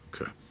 Okay